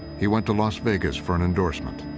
he went to las vegas for an endorsement